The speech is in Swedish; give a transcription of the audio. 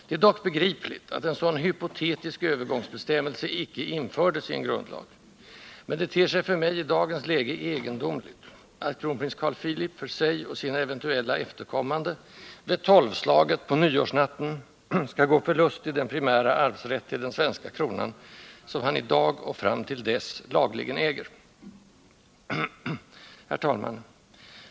Det är dock begripligt att en sådan hypotetisk övergångsbestämmelse icke infördes i en grundlag, men det ter sig för mig i dagens läge egendomligt att kronprins Carl Philip för sig och sina eventuella efterkommande vid tolvslaget på nyårsnatten skall gå förlustig den primära arvsrätt till den svenska kronan, som han i dag och fram till dess lagligen äger. Herr talman!